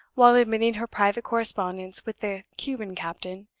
while admitting her private correspondence with the cuban captain,